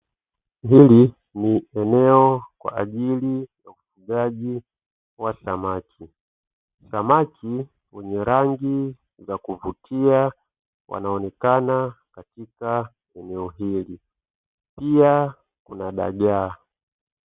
Hili ni eneo kwa ajili ya ufugaji wa samaki samaki. Samaki wenye rangi za kuvutia wanaonekana katika eneo hili pia kuna dagaa.